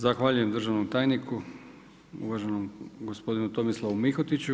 Zahvaljujem državnom tajniku uvaženom gospodinu Tomislavu Mihotiću.